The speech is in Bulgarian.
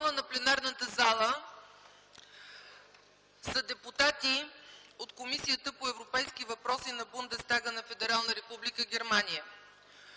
на пленарната зала са депутати от Комисията по европейски въпроси на Бундестага на Федерална република Германия.